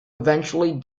eventually